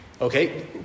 Okay